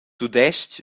tudestg